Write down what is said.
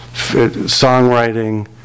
songwriting